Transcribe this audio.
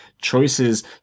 choices